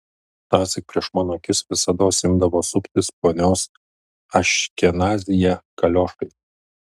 tąsyk prieš mano akis visados imdavo suptis ponios aškenazyje kaliošai